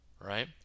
right